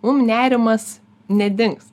mum nerimas nedings